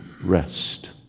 rest